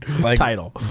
title